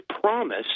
promise